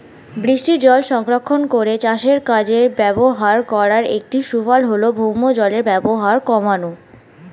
বৃষ্টিজল সংরক্ষণ করে চাষের কাজে ব্যবহার করার একটি সুফল হল ভৌমজলের ব্যবহার কমানো